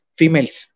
females